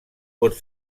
pot